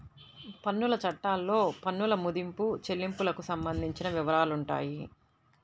పన్నుల చట్టాల్లో పన్నుల మదింపు, చెల్లింపులకు సంబంధించిన వివరాలుంటాయి